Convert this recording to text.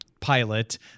pilot